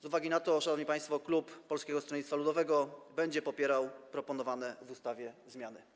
Z uwagi na to, szanowni państwo, klub Polskiego Stronnictwa Ludowego będzie popierał proponowane w ustawie zmiany.